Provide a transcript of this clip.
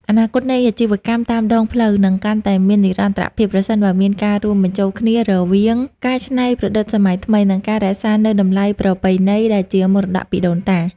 អនាគតនៃអាជីវកម្មតាមដងផ្លូវនឹងកាន់តែមាននិរន្តរភាព ប្រសិនបើមានការរួមបញ្ចូលគ្នារវាងការច្នៃប្រឌិតសម័យថ្មី និងការរក្សានូវតម្លៃប្រពៃណីដែលជាមរតកពីដូនតា។